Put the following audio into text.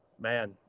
man